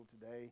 today